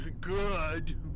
Good